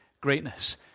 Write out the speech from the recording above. greatness